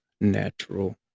Natural